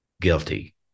Guilty